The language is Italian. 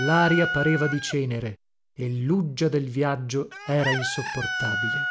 laria pareva di cenere e luggia del viaggio era insopportabile